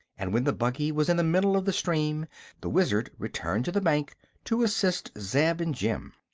and when the buggy was in the middle of the stream the wizard returned to the bank to assist zeb and jim.